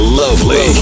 lovely